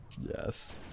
yes